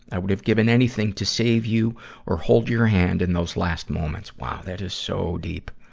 i would have given anything to save you or hold your hand in those last moments. wow, that is so deep.